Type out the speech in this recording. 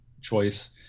choice